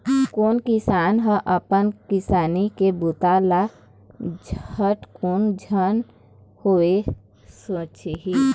कोन किसान ह अपन किसानी के बूता ल झटकुन झन होवय सोचही